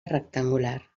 rectangular